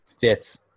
fits